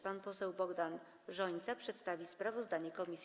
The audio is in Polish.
Pan poseł Bogdan Rzońca przedstawi sprawozdanie komisji.